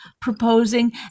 proposing